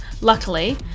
luckily